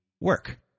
work